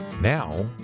now